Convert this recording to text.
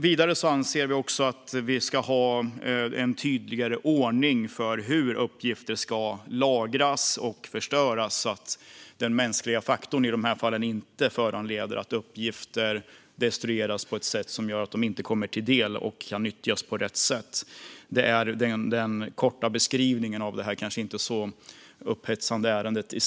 Vidare anser vi att det ska vara en tydligare ordning för hur uppgifter ska lagras och förstöras, så att den mänskliga faktorn i de här fallen inte föranleder att uppgifter destrueras på ett sådant sätt att de inte kommer till användning och kan nyttjas på rätt sätt. Det är den korta beskrivningen av det här ärendet som kanske inte är särskilt upphetsande i sig.